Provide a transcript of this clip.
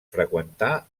freqüentar